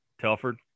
Telford